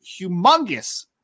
humongous